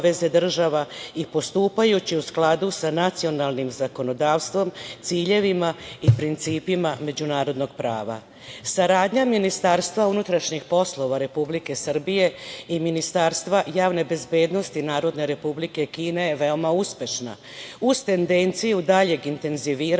obaveze država i postupajući u skladu sa nacionalnim zakonodavstvom ciljevima i principima međunarodnog prava. Saradnja Ministarstva unutrašnjih poslova Republike Srbije i Ministarstva javne bezbednosti Narodne Republike Kine je veoma uspešna, uz tendenciju daljeg intenziviranja